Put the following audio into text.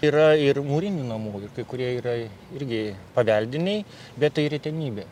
yra ir mūrinių namų ir kai kurie yra irgi paveldiniai bet tai retenybė